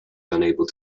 unable